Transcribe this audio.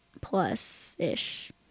plus-ish